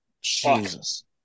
Jesus